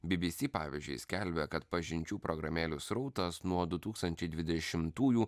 bbc pavyzdžiui skelbia kad pažinčių programėlių srautas nuo du tūkstančiai dvidešimtųjų